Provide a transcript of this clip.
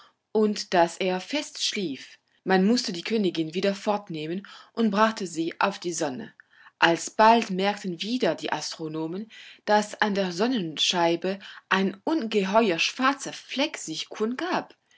und daß er fest schlief man mußte die königin wieder fortnehmen und brachte sie auf die sonne alsbald merkten wieder die astronomen daß an der sonnenscheibe ein ungeheurer schwarzer fleck sich kundgab